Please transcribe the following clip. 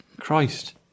Christ